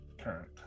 current